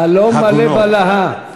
חלום מלא בלהות.